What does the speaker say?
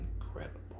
incredible